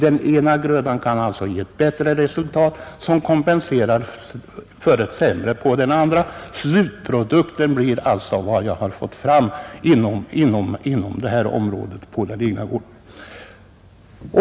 Den ena grödan kan alltså ge ett bättre resultat, som kompenserar för ett sämre när det gäller den andra. Slutprodukten blir alltså vad man har fått fram inom det här området på den egna gården.